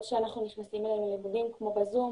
שאנחנו נכנסים אליהם ללימודים כמו בזום,